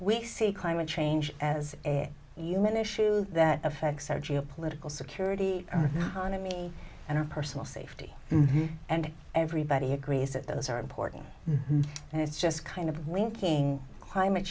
we see climate change as a human issue that affects our geo political security on a me and our personal safety and everybody agrees that those are important and it's just kind of linking climate